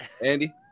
Andy